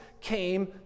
came